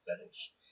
fetish